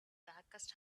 darkest